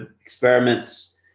experiments